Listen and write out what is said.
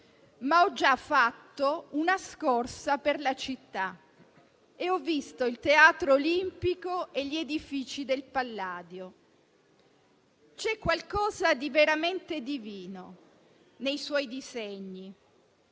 ma ho già fatto una scorsa per la città, ed ho visto il Teatro Olimpico e gli edifici del Palladio (...). C'è qualche cosa di veramente divino nei suoi disegni: